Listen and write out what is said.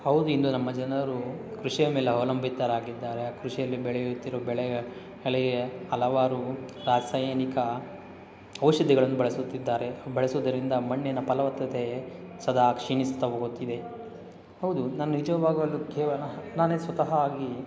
ಹೌದು ಇಂದು ನಮ್ಮ ಜನರು ಕೃಷಿಯ ಮೇಲೆ ಅವಲಂಬಿತರಾಗಿದ್ದಾರೆ ಕೃಷಿಯಲ್ಲಿ ಬೆಳೆಯುತ್ತಿರೋ ಬೆಳೆಯ ಹಳೆಯೇ ಹಲವಾರು ರಾಸಾಯನಿಕ ಔಷಧಿಗಳನ್ನು ಬಳಸುತ್ತಿದ್ದಾರೆ ಬಳಸುವುದರಿಂದ ಮಣ್ಣಿನ ಫಲವತ್ತತೆ ಸದಾ ಕ್ಷೀಣಿಸ್ತಾ ಹೋಗುತ್ತಿದೆ ಹೌದು ನಾನು ನಿಜವಾಗಲೂ ಕೇವಲ ನಾನೇ ಸ್ವತಃ ಆಗಿ